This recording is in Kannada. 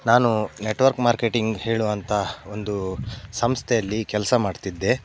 ನಾನು ನೆಟ್ವರ್ಕ್ ಮಾರ್ಕೆಟಿಂಗ್ ಹೇಳುವಂಥ ಒಂದು ಸಂಸ್ಥೆಯಲ್ಲಿ ಕೆಲಸ ಮಾಡ್ತಿದ್ದೆ